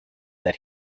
that